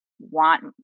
Want